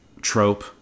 trope